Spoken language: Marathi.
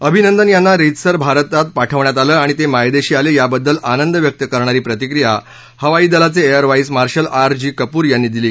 अभिनंदन यांना रीतसर भारतात पाठवण्यात आलं आणि ते मायदेशी आले याबद्दल आंनद व्यक्त करणारी प्रतिक्रिया हवाई दलाचे air vice marshal R G Kapoor यांनी दिली